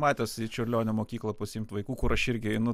matęs į čiurlionio mokyklą pasiimt vaikų kur aš irgi einu